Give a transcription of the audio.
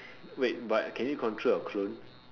wait but can you control your clone